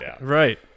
right